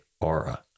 aura